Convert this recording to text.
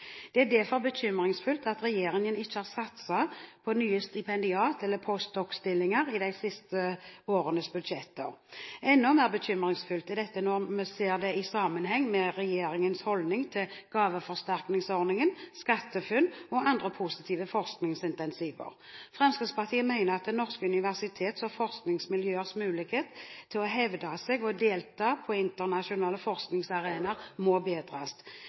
Det er derfor bekymringsfullt at regjeringen ikke har satset på nye stipendiat- eller postdokstillinger i de siste årenes budsjetter. Enda mer bekymringsfullt er dette når man ser det i sammenheng med regjeringens holdning til gaveforsterkningsordningen, SkatteFUNN og andre positive forskningsincentiver. Fremskrittspartiet mener at norske universiteters og forskningsmiljøers mulighet til å hevde seg og delta på internasjonale forskningsarenaer må bedres.